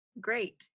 great